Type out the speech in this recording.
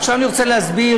אני רוצה להסביר,